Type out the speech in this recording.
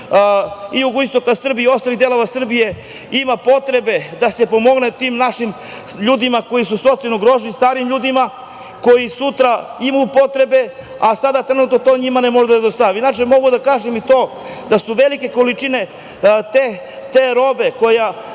i jugoistoka Srbije i u ostalim delovima Srbije, ima potrebe da se pomogne tim našim ljudima, koji su socijalno ugroženi, starijim ljudima, koji sutra imaju potrebe, a sada trenutno to njima ne može da se dostavi. Mogu da kažem i to da su velike količine te robe, koja